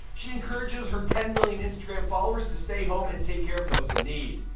she encourages her ten million instagram followers to stay home and take care of those in need.